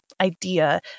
idea